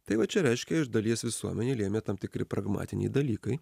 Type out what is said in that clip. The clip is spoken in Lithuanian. tai va čia reiškia iš dalies visuomenę lėmė tam tikri pragmatiniai dalykai